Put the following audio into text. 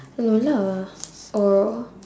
no lah or